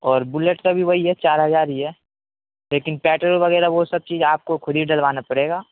اور بلیٹ کا بھی وہی ہے چار ہزار ہی ہے لیکن پٹرول وغیرہ وہ سب چیز آپ کو خود ہی ڈلوانا پڑے گا